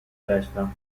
testa